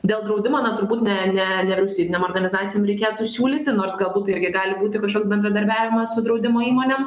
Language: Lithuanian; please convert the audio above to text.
dėl draudimo na turbūt ne ne ne rusijai ne organizacijom reikėtų siūlyti nors galbūt tai irgi gali būti kažkoks bendradarbiavimas su draudimo įmonėm